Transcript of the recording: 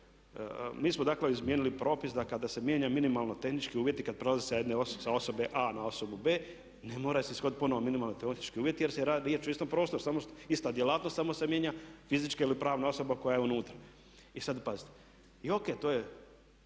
nismo dakle izmijenili propis da kada se mijenja minimalno tehnički uvjeti, kad se prelazi s jedne osobe a na osobu b, ne mora se ishoditi ponovno minimalni tehnički uvjeti jer se radi, riječ je o istom prostoru, samo ista djelatnost, samo se mijenja fizička ili pravna osoba koja je unutra. I sad pazite, i ok, to je